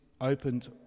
opened